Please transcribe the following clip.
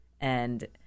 And-